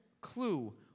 clue